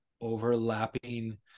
overlapping